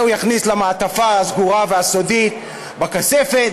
את זה הוא יכניס למעטפה הסגורה והסודית בכספת,